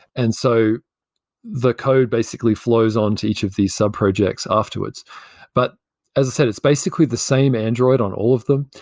and so the code basically flows onto each of these sub projects afterwards but as i said, it's basically the same android on all of them.